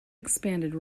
expanded